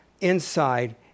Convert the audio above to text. inside